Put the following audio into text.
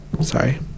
Sorry